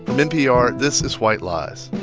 but npr, this is white lies.